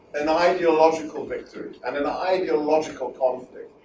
an ideological victory, and an ideological conflict,